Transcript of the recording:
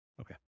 Okay